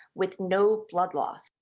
with no blood loss.